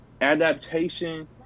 adaptation